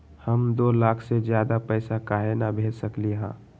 हम दो लाख से ज्यादा पैसा काहे न भेज सकली ह?